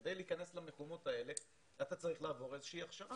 כדי להיכנס למקומות האלה אתה צריך לעבור הכשרה